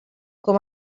com